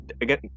again